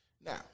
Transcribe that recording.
Now